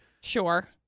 Sure